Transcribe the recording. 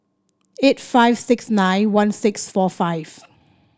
eight five six nine one six four five